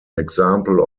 example